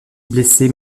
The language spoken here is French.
blessé